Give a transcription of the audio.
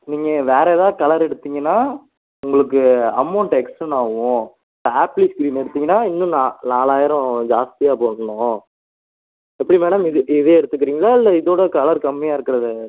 நீங்கள் வேறு எதாவது கலரு எடுத்தீங்கன்னா உங்களுக்கு அமௌண்ட் எக்ஸ்டன்ட் ஆவும் இந்த ஆப்பிள் ஸ்கிரீன் எடுத்தீங்கனா இன்னும் நான் நாலாயிரம் ஜாஸ்தியாக போகும் இன்னும் எப்படி மேடம் இது இதே எடுத்துக்கிறீங்களா இல்லை இதோட கலர் கம்மியாக இருக்கிறதை